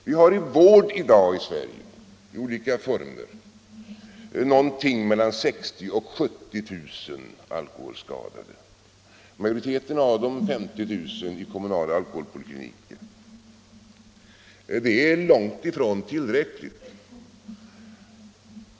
— Vi har i vård i dag i Sverige, i olika former, någonting mellan 60 000 — Förtidspension vid och 70 000 alkoholskadade. Majoriteten av dem — 50 000 — vårdas i kom = alkoholism munala alkoholpolikliniker. Det är långtifrån tillräckligt.